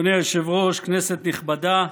אדוני היושב-ראש, כנסת נכבדה,